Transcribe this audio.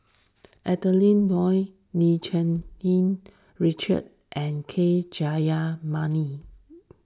Adeline Ooi Lim Cherng Yih Richard and K Jayamani